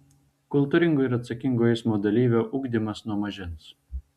kultūringo ir atsakingo eismo dalyvio ugdymas nuo mažens